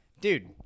Dude